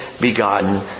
begotten